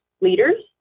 leaders